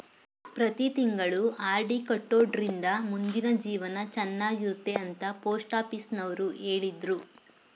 ಪ್ರತಿ ತಿಂಗಳು ಆರ್.ಡಿ ಕಟ್ಟೊಡ್ರಿಂದ ಮುಂದಿನ ಜೀವನ ಚನ್ನಾಗಿರುತ್ತೆ ಅಂತ ಪೋಸ್ಟಾಫೀಸುನವ್ರು ಹೇಳಿದ್ರು